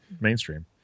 mainstream